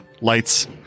lights